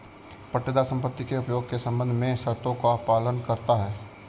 पट्टेदार संपत्ति के उपयोग के संबंध में शर्तों का पालन करता हैं